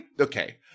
Okay